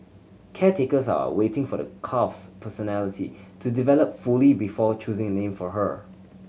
caretakers are waiting for the calf's personality to develop fully before choosing a name for her